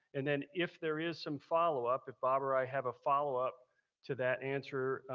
and then if there is some follow-up, if bob or i have a follow-up to that answer,